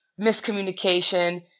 miscommunication